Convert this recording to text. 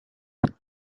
who